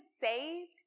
saved